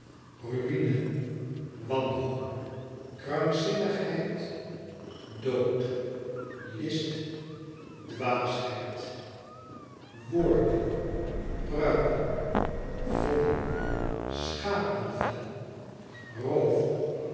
ruïne wanhoop krankzinnigheid dood list dwaasheid woorden pruiken vodden schapen vel roof